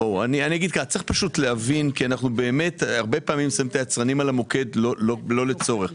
הרבה פעמים אנחנו שמים את היצרנים על המוקד לא לצורך.